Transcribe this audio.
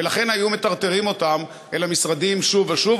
ולכן היו מטרטרים אותם אל המשרדים שוב ושוב,